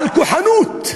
על כוחנות.